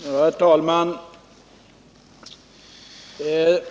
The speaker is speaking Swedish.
Herr talman!